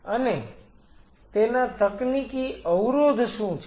અને તેના તકનીકી અવરોધ શું છે